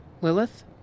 Lilith